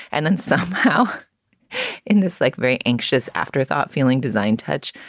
and then somehow in this, like, very anxious after thought, feeling, design, touch,